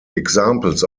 examples